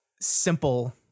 simple